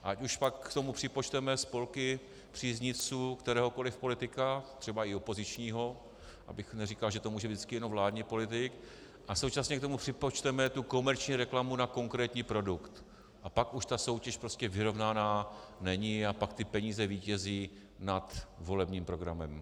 A ať už pak k tomu připočteme spolky příznivců kteréhokoli politika, třeba i opozičního, abych neříkal, že to může vždycky jenom vládní politik, a současně k tomu připočteme tu komerční reklamu na konkrétní produkt a pak už ta soutěž prostě vyrovnaná není a pak ty peníze vítězí nad volebním programem.